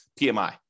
PMI